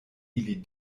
ili